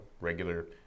regular